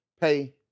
pay